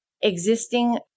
existing